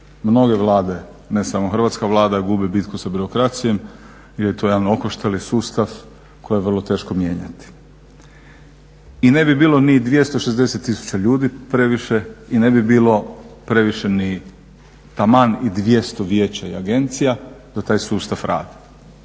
Mnoge vlade, ne samo Hrvatska Vlada, gube bitku sa birokracijom gdje je to jedan okoštali sustav koji je vrlo teško mijenjati. I ne bi bilo ni 260 tisuća ljudi previše i ne bi bilo previše ni, taman i 200 vijeća i agencija da taj sustav radi.